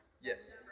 Yes